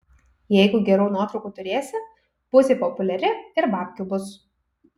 jeigu gerų nuotraukų turėsi būsi populiari ir babkių bus